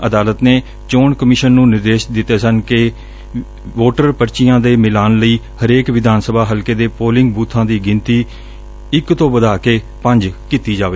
ਅਦਾਲਤ ਨੇ ਚੋਣ ਕਮਿਸ਼ਨ ਨੂੰ ਨਿਰਦੇਸ਼ ਦਿੱਤੇ ਸਨ ਕਿ ਵੋਟਰ ਪਰਚੀਆਂ ਦੇ ਮਿਲਾਣ ਲਈ ਹਰੇਕ ਵਿਧਾਨ ਸਭਾ ਹਲਕੇ ਪੋਲਿੰਗ ਬੁਥਾਂ ਦੀ ਗਿਣਤੀ ਇਕ ਤਾਂ ਵਧਾ ਕੇ ਪੰਜ ਕੀਤੀ ਜਾਵੇ